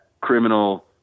criminal